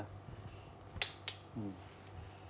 mm